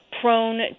prone